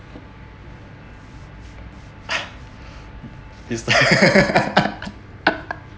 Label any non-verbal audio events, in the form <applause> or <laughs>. <laughs>